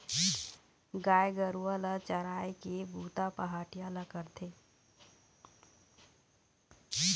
गाय गरूवा ल चराए के बूता पहाटिया ह करथे